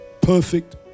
perfect